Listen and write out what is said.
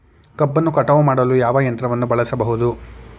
ಕಬ್ಬನ್ನು ಕಟಾವು ಮಾಡಲು ಯಾವ ಯಂತ್ರವನ್ನು ಬಳಸಬಹುದು?